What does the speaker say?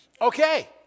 Okay